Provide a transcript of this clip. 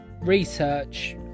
research